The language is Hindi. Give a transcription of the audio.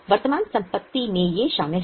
वर्तमान संपत्ति में ये शामिल हैं